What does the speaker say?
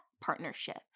partnership